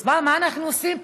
אז מה, מה אנחנו עושים פה?